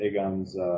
Aegon's